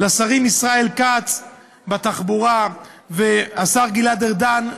לשרים ישראל כץ בתחבורה והשר גלעד ארדן,